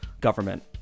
government